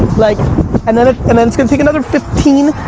like and then and then it's gonna take another fifteen,